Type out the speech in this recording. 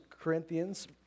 Corinthians